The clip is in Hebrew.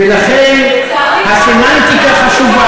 ולכן, לצערי, זה, שומרי המצוות.